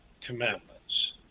commandments